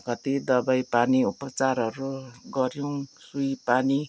कति दबाई पानी उपचारहरू गर्यौँ सुई पानी